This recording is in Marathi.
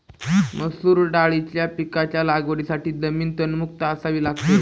मसूर दाळीच्या पिकाच्या लागवडीसाठी जमीन तणमुक्त असावी लागते